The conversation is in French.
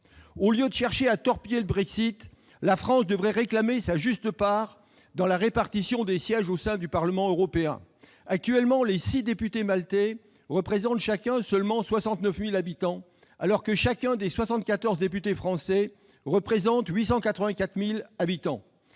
Au lieu de chercher à torpiller le Brexit, la France devrait réclamer sa juste part dans la répartition des sièges au sein du Parlement européen. Actuellement, les six députés maltais représentent chacun seulement 69 000 habitants alors que chacun des soixante-quatorze députés français représente 884 000 habitants.